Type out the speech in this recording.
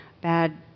bad